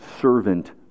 servant